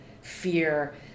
fear